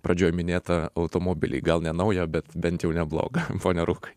pradžioj minėtą automobilį gal ne naują bet bent jau neblogą pone rūkai